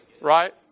Right